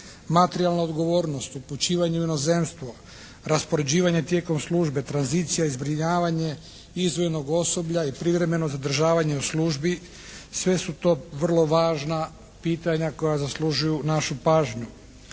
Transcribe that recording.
Materijalna odgovornost, upućivanje u inozemstvo, raspoređivanje tijekom službe, tranzicija i zbrinjavanje izdvojenog osoblja i privremeno zadržavanje u službi, sve su to vrlo važna pitanja koja zaslužuju našu pažnju.